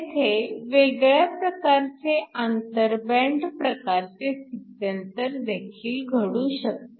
येथे वेगळ्या प्रकारचे आंतर बँड प्रकारचे स्थित्यंतर देखील घडू शकते